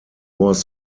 was